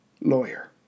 lawyer